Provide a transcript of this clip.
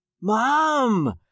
Mom